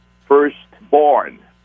firstborn